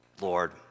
Lord